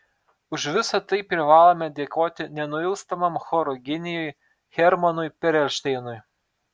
už visa tai privalome dėkoti nenuilstamam choro genijui hermanui perelšteinui